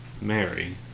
Mary